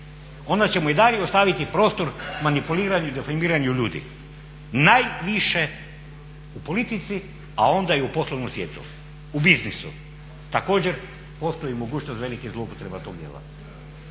Onda će mu i dalje ostaviti prostor manipuliranju i difamiranju ljudi najviše u politici a onda i u poslovnom svijetu. U biznisu također postoji mogućnost velikih zloupotreba tog djela.